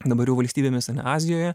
dabar jau valstybėmis azijoje